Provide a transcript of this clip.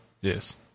yes